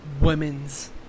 women's